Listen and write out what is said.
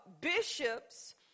bishops